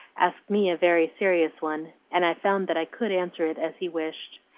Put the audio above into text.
asked me a very serious one, and i found that i could answer it as he wished.